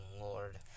lord